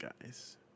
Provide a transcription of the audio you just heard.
guys